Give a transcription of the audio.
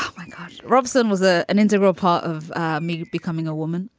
um like ah robson was ah an integral part of me becoming a woman.